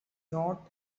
not